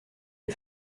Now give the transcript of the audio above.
les